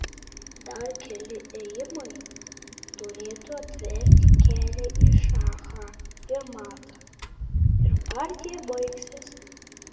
dar keli ėjimai turėtų atverti kelią į šachą ir matą ir partija baigsis